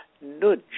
nudge